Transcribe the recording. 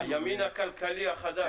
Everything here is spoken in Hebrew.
הימין הכלכלי החדש.